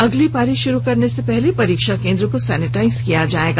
अगली पारी शुरू करने से पहले परीक्षा केंद्र को सैनेटाइज किया जायेगा